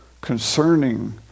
concerning